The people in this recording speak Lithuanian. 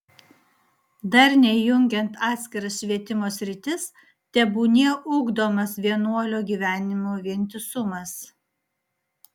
darniai jungiant atskiras švietimo sritis tebūnie ugdomas vienuolio gyvenimo vientisumas